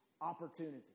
opportunity